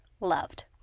loved